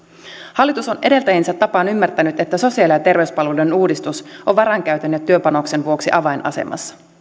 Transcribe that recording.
hallitus on edeltäjiensä tapaan ymmärtänyt että sosiaali ja terveyspalveluiden uudistus on varainkäytön ja työpanoksen vuoksi avainasemassa